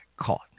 caught